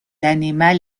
animal